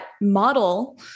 model